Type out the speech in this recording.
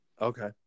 okay